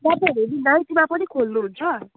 तपाईँहरू नि नाइटमा पनि खोल्नुहुन्छ